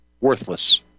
worthless